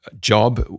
job